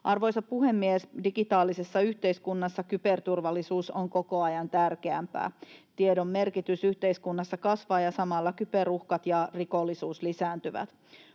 Arvoisa puhemies! Digitaalisessa yhteiskunnassa kyberturvallisuus on koko ajan tärkeämpää. Tiedon merkitys yhteiskunnassa kasvaa, ja samalla kyberuhkat ja rikollisuus lisääntyvät.